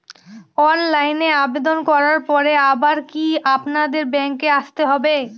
অনলাইনে আবেদন করার পরে আবার কি আপনাদের ব্যাঙ্কে আসতে হবে?